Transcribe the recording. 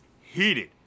heated